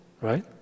right